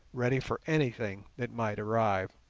ready for anything that might arrive.